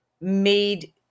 made